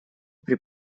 при